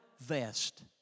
vest